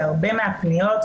שהרבה מהפניות,